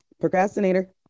Procrastinator